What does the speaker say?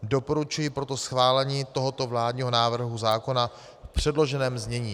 Doporučuji proto schválení tohoto vládního návrhu zákona v předloženém znění.